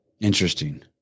Interesting